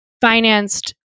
financed